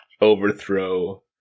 overthrow